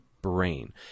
brain